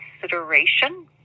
consideration